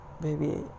baby